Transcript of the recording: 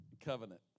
covenant